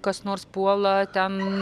kas nors puola ten